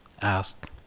ask